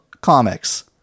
comics